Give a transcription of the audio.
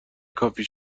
کافی